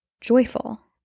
joyful